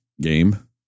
Game